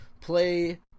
play